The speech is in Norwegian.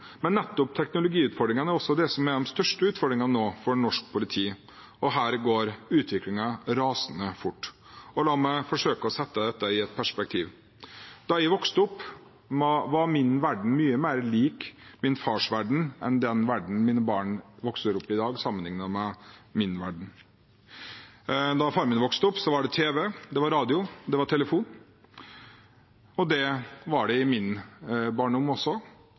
Men nettopp teknologiutfordringene er også det som nå er de største utfordringene for norsk politi, og her går utviklingen rasende fort. La meg forsøke å sette dette i et perspektiv: Da jeg vokste opp, var min verden mye mer lik min fars verden enn den verden mine barn vokser opp i i dag, sammenlignet med min verden. Da faren min vokste opp, var det tv, det var radio, det var telefon, og det var det i min barndom også.